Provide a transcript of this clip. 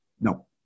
no